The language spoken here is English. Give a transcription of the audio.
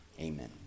Amen